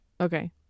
Okay